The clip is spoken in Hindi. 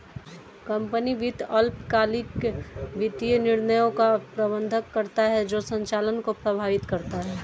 कंपनी वित्त अल्पकालिक वित्तीय निर्णयों का प्रबंधन करता है जो संचालन को प्रभावित करता है